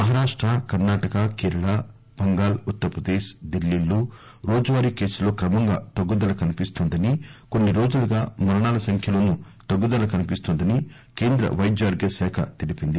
మహారాష్ట కర్ణాటక కేరళ బంగాల్ ఉత్తర్ప్రదేశ్ డిల్లీలో రోజువారీ కేసుల్లో క్రమంగా తగ్గదల కనిపిస్తోందని కొన్నిరోజులుగా మరణాల సంఖ్యలోనూ తగ్గుదల కనిపిస్తోందని కేంద్ర వైద్య ఆరోగ్య శాఖ తెలిపింది